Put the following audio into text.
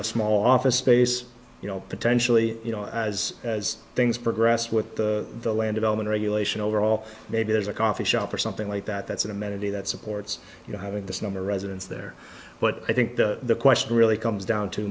a small office space you know potentially you know as as things progress with the land of element regulation overall maybe there's a coffee shop or something like that that's an amenity that supports you know having this number residence there but i think the question really comes down to